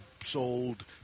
sold